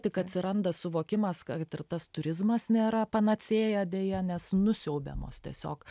tik atsiranda suvokimas kad ir tas turizmas nėra panacėja deja nes nusiaubiamos tiesiog